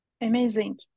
Amazing